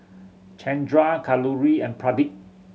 Chandra Kalluri and Pradip